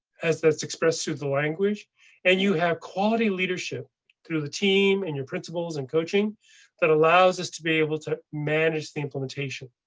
as that's expressed through the language and you have quality leadership through the team and your principles and coaching that allows us to be able to manage the implementation,